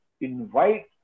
invite